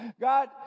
God